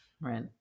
right